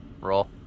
roll